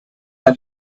ein